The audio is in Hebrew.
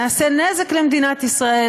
נעשה נזק למדינת ישראל,